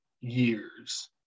years